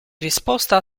risposta